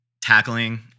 tackling